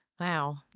Wow